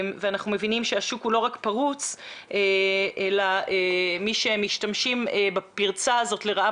אנחנו מבינים שהשוק הוא לא רק פרוץ אלא מי שמשתמשים בפרצה הזאת לרעה,